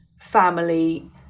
family